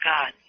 God